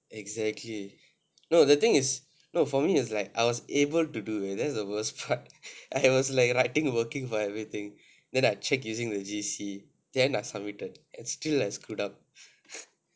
exactly no the thing is no for me is like I was able to do it leh that's the worst part I was like writing working for everything then I check using the G_C then I submitted and still I screwed up